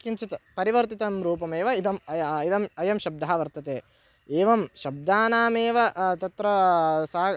किञ्चित् परिवर्तितं रूपमेव इदम् अयम् इदम् अयं शब्दः वर्तते एवं शब्दानामेव तत्र सा